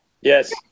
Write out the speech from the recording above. Yes